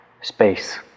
Space